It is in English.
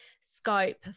scope